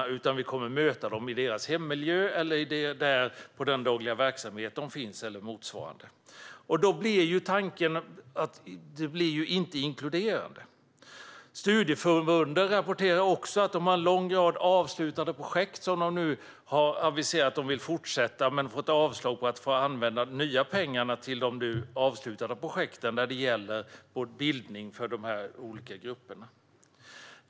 I stället kommer man att möta dem i deras hemmiljö eller på deras dagliga verksamhet eller motsvarande. Då blir tanken att det inte är inkluderande. Studieförbunden rapporterar också att de har en lång rad avslutade projekt som de har aviserat att de vill fortsätta med men som de har fått avslag på att använda de nya pengarna till när det gäller bildning för de här olika grupperna.